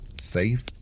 safe